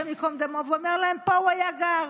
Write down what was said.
השם ייקום דמו, והיה אומר להם: פה הוא היה גר.